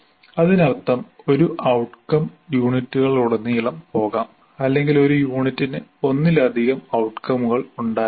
അതിനർത്ഥം ഒരു ഔട്ട്കം യൂണിറ്റുകളിലുടനീളം പോകാം അല്ലെങ്കിൽ ഒരു യൂണിറ്റിന് ഒന്നിലധികം ഔട്കമുകൾ ഉണ്ടായേക്കാം